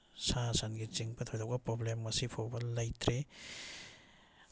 ꯁꯥ ꯁꯟꯒꯤ ꯆꯤꯡꯕ ꯊꯣꯏꯗꯣꯛꯄ ꯄ꯭ꯔꯣꯕ꯭ꯂꯦꯝ ꯉꯁꯤ ꯐꯥꯎꯕ ꯂꯩꯇ꯭ꯔꯤ